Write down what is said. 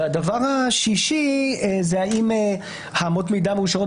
והדבר השישי האם אמות המידה מאושרות